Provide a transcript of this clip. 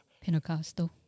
Pentecostal